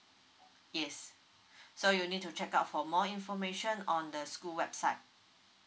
yes so you need to check out for more information on the school website